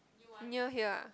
near here ah